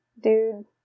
dude